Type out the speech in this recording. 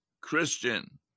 Christian